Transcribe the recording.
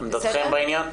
עמדתכם בעניין?